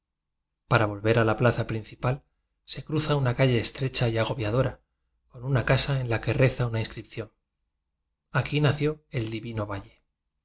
para volver a la plaza principal se cruza una calle estrecha y agobiadora con una casa en la que reza una inscripción aquí nació el divino valle